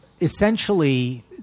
essentially